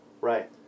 Right